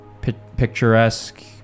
picturesque